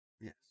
Yes